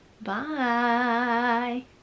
Bye